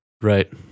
Right